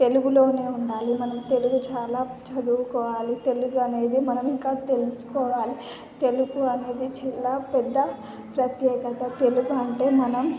తెలుగులోనే ఉండాలి మనం తెలుగు చాలా చదువుకోవాలి తెలుగు అనేది మనం ఇంకా తెలుసుకోవాలి తెలుగు అనేది చాలా పెద్ద ప్రత్యేకత తెలుగు అంటే మనం